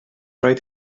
rhaid